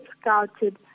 scouted